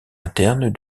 interne